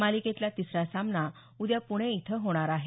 मालिकेतला तिसरा सामना उद्या पुणे इथं होणार आहे